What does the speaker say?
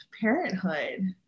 parenthood